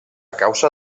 causa